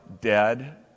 dead